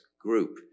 group